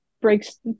breaks